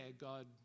God